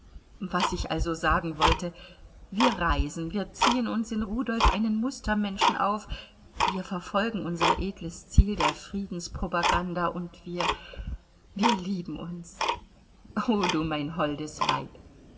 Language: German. was ich also sagen wollte wir reisen wir ziehen uns in rudolf einen mustermenschen auf wir verfolgen unser edles ziel der friedenspropaganda und wir wir lieben uns o du mein holdes weib